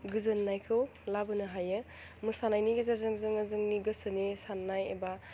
गोजोन्नायखौ लाबोनो हायो मोसानायनि गेजेरजों जोङो जोंनि गोसोनि सान्नाय एबा